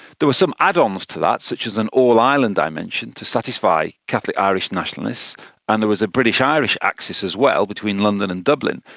there was some add-ons to that, such as an all-ireland dimension to satisfy catholic irish nationalists and there was a british-irish axis as well, between london and dublin.